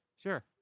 Sure